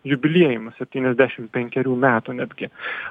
jubiliejiniu septyniasdešimt penkerių metų netgi